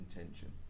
intention